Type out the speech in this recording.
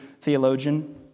theologian